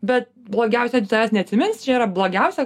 bet blogiausia tavęs neatsimins čia yra blogiausia